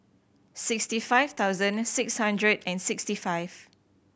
sixty five thousand six hundred and sixty five